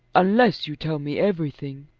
unless you tell me everything.